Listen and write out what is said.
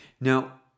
Now